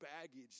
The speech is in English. baggage